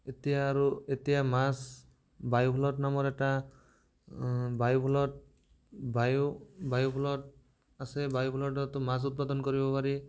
এতিয়া আৰু এতিয়া মাছ বায়ুফ্ল'ড নামৰ এটা বায়ুফ্ল'ড বায়ু বায়ুফ্ল'ড আছে বায়ুফ্ল'ডত মাছ উৎপাদন কৰিব পাৰি